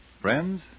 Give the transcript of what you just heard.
Friends